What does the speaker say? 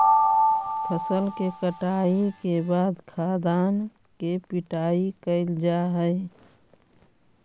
फसल के कटाई के बाद खाद्यान्न के पिटाई कैल जा हइ